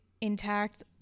intact